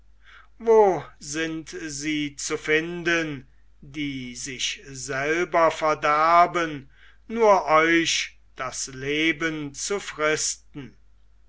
wo sind sie zu finden die sich selber verderben nur euch das leben zu fristen